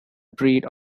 breed